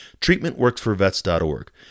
treatmentworksforvets.org